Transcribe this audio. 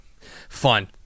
fun